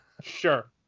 Sure